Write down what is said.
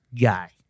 guy